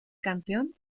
campeón